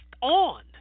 on